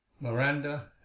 Miranda